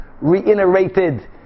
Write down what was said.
reiterated